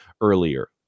earlier